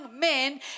men